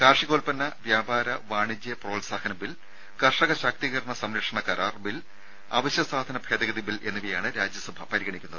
കാർഷികോല്പന്ന വ്യാപാര വാണിജ്യ പ്രോത്സാഹന ബിൽ കർഷക ശാക്തീകരണ സംരക്ഷണ കരാർ അവശ്യ സാധന ഭേദഗതി ബിൽ എന്നിവയാണ് രാജ്യസഭ പരിഗണിക്കുന്നത്